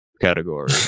category